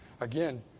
Again